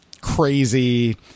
crazy